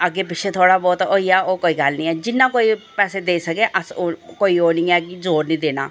अग्गें पिच्छें थोह्ड़ा बहुत होई जा ओह् कोई गल्ल निं ऐ जिन्ना कोई पैसे देई सकै अस ओह् कोई ओह् निं ऐ कि जोर निं देना